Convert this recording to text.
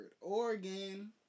Oregon